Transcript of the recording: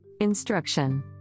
Instruction